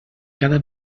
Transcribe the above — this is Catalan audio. cada